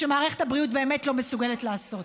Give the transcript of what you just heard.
שמערכת הבריאות באמת לא מסוגלת לעשות.